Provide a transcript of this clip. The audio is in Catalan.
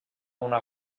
una